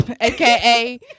aka